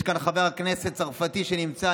יש כאן חבר כנסת צרפתי שנמצא,